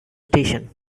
station